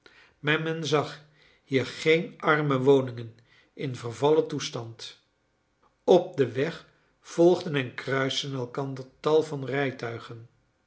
men zag hier geen arme woningen in vervallen toestand op den weg volgden en kruisten elkander tal van rijtuigen